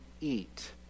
eat